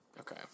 Okay